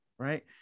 Right